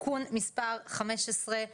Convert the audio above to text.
י"ז בטבת תשפ"ב,